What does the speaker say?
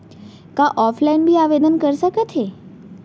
का ऑफलाइन भी आवदेन कर सकत हे?